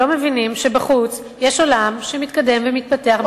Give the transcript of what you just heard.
שלא מבינים שבחוץ יש עולם שמתקדם ומתפתח,